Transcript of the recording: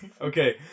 Okay